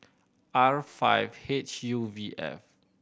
R five H U V F